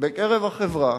בקרב החברה.